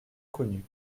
connu